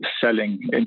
selling